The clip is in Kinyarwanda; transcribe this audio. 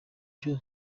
byo